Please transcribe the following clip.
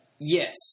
Yes